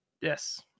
yes